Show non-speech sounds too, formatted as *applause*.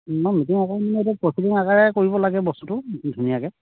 মই meeting *unintelligible* proceeding আকাৰে কৰিব লাগে বস্তুটো ধুনীয়াকৈ